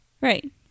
Right